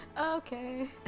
Okay